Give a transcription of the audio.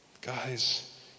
Guys